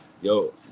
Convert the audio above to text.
yo